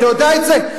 אתה יודע את זה?